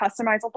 customizable